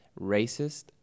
racist